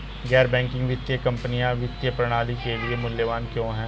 गैर बैंकिंग वित्तीय कंपनियाँ वित्तीय प्रणाली के लिए मूल्यवान क्यों हैं?